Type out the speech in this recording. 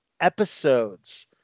episodes